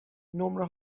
نمره